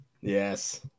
Yes